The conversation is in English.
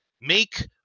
make